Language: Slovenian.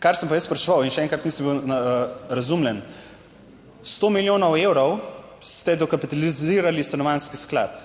kar sem pa jaz spraševal in še enkrat, nisem bil razumljen; s sto milijonov evrov ste dokapitalizirali stanovanjski sklad,